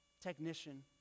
technician